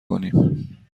کنیم